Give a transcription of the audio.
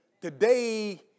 Today